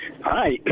Hi